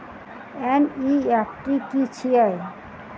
NEFT की छीयै?